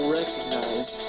recognize